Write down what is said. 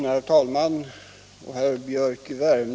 Herr talman!